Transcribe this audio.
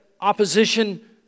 opposition